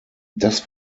das